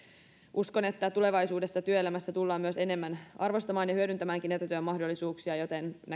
uskon että tulevaisuudessa työelämässä tullaan myös enemmän arvostamaan ja hyödyntämäänkin etätyömahdollisuuksia joten